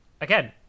again